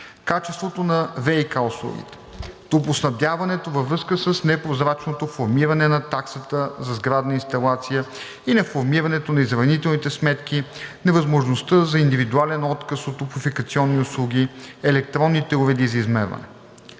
качеството на ВиК услугите; - топлоснабдяването във връзка с непрозрачното формиране на таксата за сградна инсталация и на формирането на изравнителните сметки, невъзможността за индивидуален отказ от топлофикационни услуги, електронните уреди за измерване;